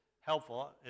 helpful